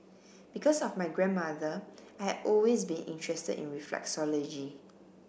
because of my grandmother I had always been interested in reflexology